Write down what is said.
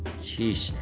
sheesh.